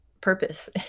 purpose